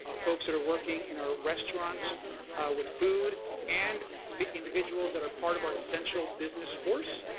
ah folks that are working in our restaurants with food, and but individuals that are part of our essential business force.